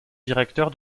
directeur